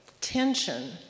tension